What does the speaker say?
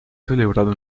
celebrado